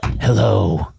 Hello